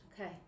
Okay